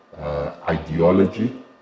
ideology